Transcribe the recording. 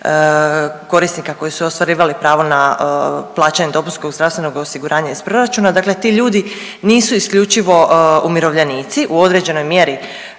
korisnika koji su ostvarivali pravo na plaćeni dopust kod zdravstvenog osiguranja iz proračuna, dakle ti ljudi nisu isključivo umirovljenici u određenoj mjeri